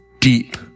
deep